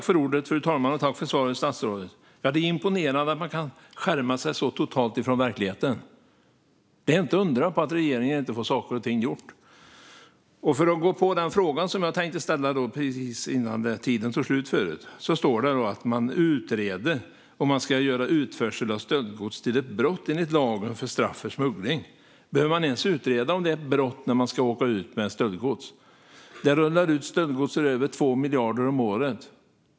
Fru talman! Tack för svaret, statsrådet! Det är imponerande att man kan skärma sig så totalt från verkligheten - inte undra på att regeringen inte får saker och ting gjorda! Jag går på den fråga som jag tänkte ställa precis innan talartiden tog slut förut. Statsrådet sa att man utreder om man ska göra utförsel av stöldgods till ett brott enligt lagen om straff för smuggling. Behöver man ens utreda om det är ett brott att åka ut med stöldgods? Det rullar ut stöldgods för över 2 miljarder om året.